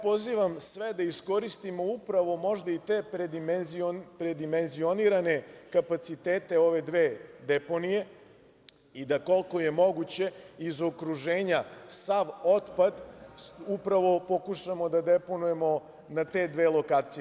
Pozivam sve da iskoristimo, upravo možda i te predimenzionirane kapacitete ove dve deponije i da koliko je moguće iz okruženja sav otpad upravo pokušamo da deponujemo na te dve lokacije.